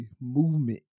movement